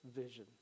vision